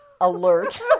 alert